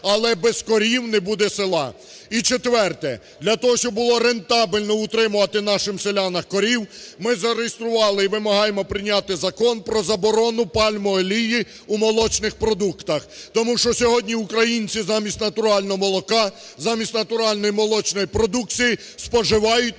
але без корів не буде села. І четверте, для того, щоб було рентабельно утримувати нашим селянам корів, ми зареєстрували і вимагаємо прийняти Закон про заборону пальмової олії у молочних продуктах. Тому що сьогодні українці замість натурального молока, замість натуральної молочної продукції споживають